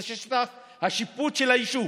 זה שטח השיפוט של היישוב.